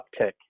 uptick